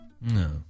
No